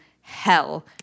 hell